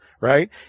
right